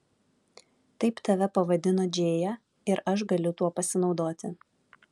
taip tave pavadino džėja ir aš galiu tuo pasinaudoti